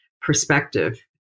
perspective